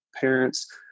parents